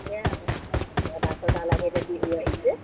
এনে আকৌ অঁ পৰ্দা চৰ্দা লাগে এতিয়া বিহু আহিছে